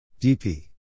DP